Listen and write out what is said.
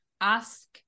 ask